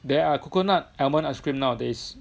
there are coconut almond ice cream nowadays